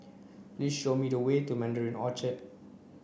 please show me the way to Mandarin Orchard